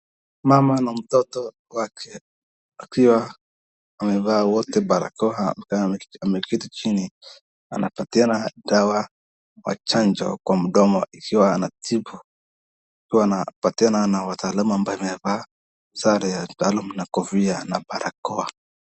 Mama na mtoto wake akiwa wamevaa wote barakoa ameketi chini anapatiana dawa kwa chanjo kwa mdomo ikiwa anatibu ikiwa anapatiana na wataalamu ambaye imevaa sare ya kitaalamu na kofia na barakoa.